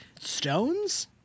stones